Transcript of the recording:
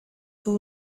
two